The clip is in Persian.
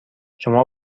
شما